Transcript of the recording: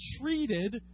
treated